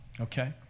okay